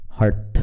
Heart